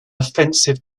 offensive